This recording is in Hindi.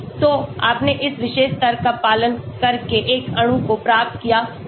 तो आपने इस विशेष तर्क का पालन करके एक अणु को प्राप्त किया होगा